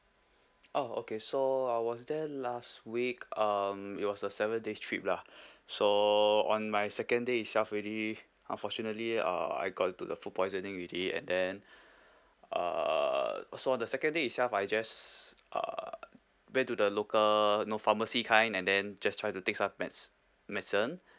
oh okay so I was there last week um it was a seven days trip lah so on my second day itself already unfortunately uh I got into the food poisoning already and then uh so on the second day itself I just uh went to the local know pharmacy kind and then just try to take some meds~ medicine